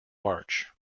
march